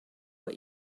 what